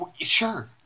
Sure